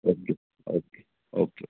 okay okay okay